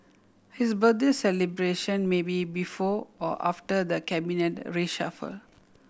his birthday celebration may be before or after the Cabinet reshuffle